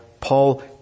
Paul